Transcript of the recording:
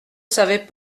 savais